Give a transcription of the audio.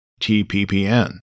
TPPN